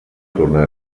tornar